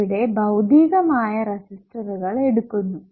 ഇവിടെ ഭൌതികമായ റെസിസ്റ്ററുകൾ എടുക്കുന്നു